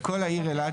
בכל העיר אילת,